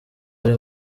ari